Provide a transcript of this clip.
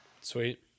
Sweet